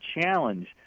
challenge